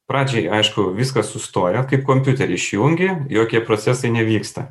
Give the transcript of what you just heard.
pradžiai aišku viskas sustoja kaip kompiuterį išjungi jokie procesai nevyksta